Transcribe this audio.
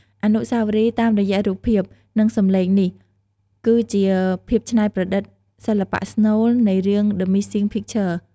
អនុស្សាវរីយ៍តាមរយៈរូបភាព និងសំឡេងនេះគឺជាភាពច្នៃប្រឌិតសិល្បៈស្នូលនៃ រឿង "The Missing Picture"។